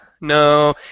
No